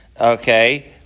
okay